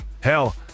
hell